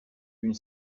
une